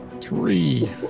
Three